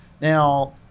now